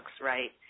right